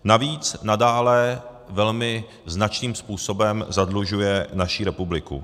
Navíc nadále velmi značným způsobem zadlužuje naší republiku.